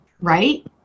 right